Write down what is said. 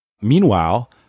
Meanwhile